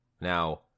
Now